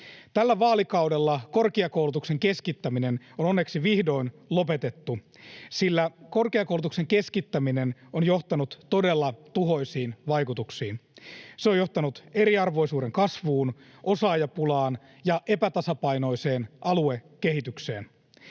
Tällä vaalikaudella korkeakoulutuksen keskittäminen on onneksi vihdoin lopetettu, sillä korkeakoulutuksen keskittäminen on johtanut todella tuhoisiin vaikutuksiin. Se on johtanut eriarvoisuuden kasvuun, osaajapulaan ja epätasapainoiseen aluekehitykseen.